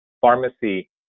pharmacy